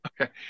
Okay